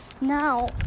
Now